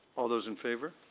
all those in favour?